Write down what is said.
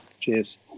Cheers